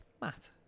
Matt